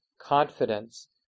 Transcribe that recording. confidence